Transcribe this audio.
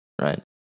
right